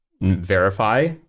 verify